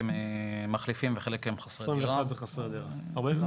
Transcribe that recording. חסרי דירה.